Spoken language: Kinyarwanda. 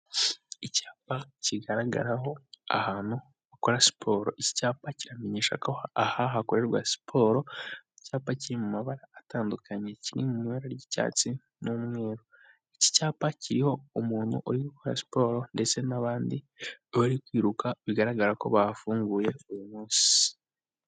Icyapa kigaragaraho ahantu bakora siporo, icyapa kirabamenyesha ko aha hakorerwa siporo, icyapa kiri mu mabara atandukanye, kiri mu ibara ry'icyatsi, n'umweru. Iki cyapa kiriho umuntu uri gukora siporo ndetse n'abandi bari kwiruka bigaragara ko bafunguye uyu munsi.